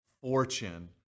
fortune